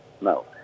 No